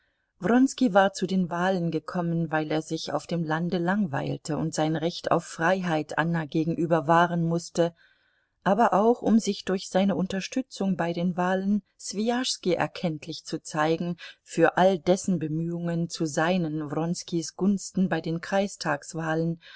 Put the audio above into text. war zu den wahlen gekommen weil er sich auf dem lande langweilte und sein recht auf freiheit anna gegenüber wahren mußte aber auch um sich durch seine unterstützung bei den wahlen swijaschski erkenntlich zu zeigen für all dessen bemühungen zu seinen wronskis gunsten bei den kreistagswahlen